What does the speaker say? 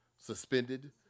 Suspended